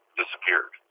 disappeared